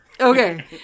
Okay